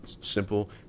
simple